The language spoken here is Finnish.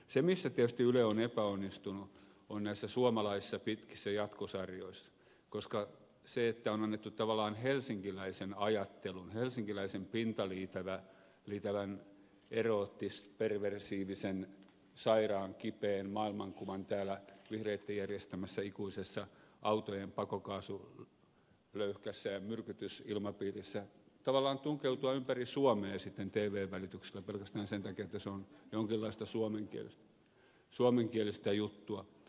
se missä tietysti yle on epäonnistunut on näissä suomalaisissa pitkissä jatkosarjoissa koska on annettu tavallaan helsinkiläisen ajattelun helsinkiläisen pintaliitävän eroottis perversiivisen sairaan kipeen maailmankuvan täällä vihreitten järjestämässä ikuisessa autojen pakokaasulöyhkässä ja myrkytysilmapiirissä tavallaan tunkeutua ympäri suomea sitten tvn välityksellä pelkästään sen takia että se on jonkinlaista suomenkielistä juttua